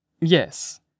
Yes